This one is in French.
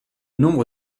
nombre